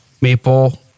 maple